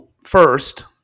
first